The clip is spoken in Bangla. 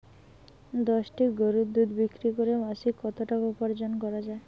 দশটি গরুর দুধ বিক্রি করে মাসিক কত টাকা উপার্জন করা য়ায়?